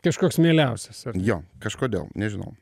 kažkoks mieliausias jo kažkodėl nežinau